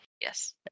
Yes